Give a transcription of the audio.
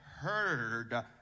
heard